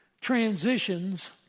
transitions